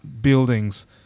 buildings